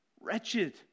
wretched